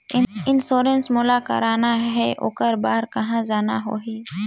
Insurance मोला कराना हे ओकर बार कहा जाना होही?